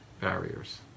barriers